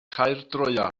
caerdroea